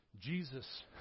Jesus